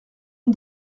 luc